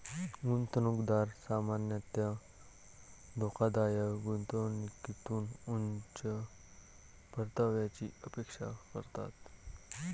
गुंतवणूकदार सामान्यतः धोकादायक गुंतवणुकीतून उच्च परताव्याची अपेक्षा करतात